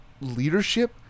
leadership